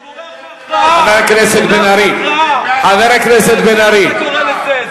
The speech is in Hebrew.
אתה בורח מהכרעה, בורח מהכרעה, חבר הכנסת בן-ארי.